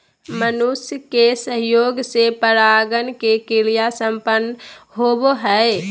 मनुष्य के सहयोग से परागण के क्रिया संपन्न होबो हइ